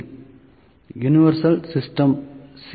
C universal C